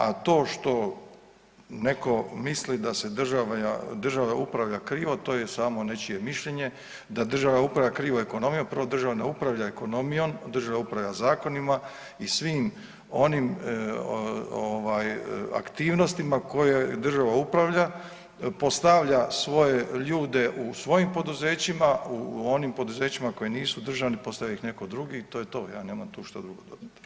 A to što neko misli da se država upravlja krivo to je samo nečije mišljenje da država upravlja krivo ekonomijom, prvo država ne upravlja ekonomijom, država upravlja zakonima i svim onim aktivnostima kojima država upravlja, postavlja ljude u svojim poduzećima u onim poduzećima koja nisu državni postavlja ih neko drugi i to je to, ja nemam tu šta drugo dodat.